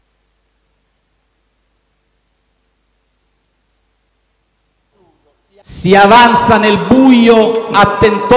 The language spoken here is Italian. «Si avanza nel buio a tentoni fin dove, invano prevista, si apre sotto i piedi la botola», scriverebbe un poeta. Io spero che quella botola